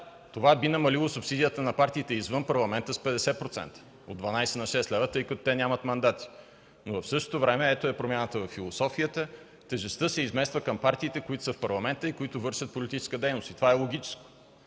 това би намалило субсидията на партиите извън Парламента с 50% – от 12 на 6 лв., тъй като те нямат мандати, но в същото време ето я и промяната във философията – тежестта се измества към партиите, които са в Парламента и които вършат политическа дейност. Това е логично.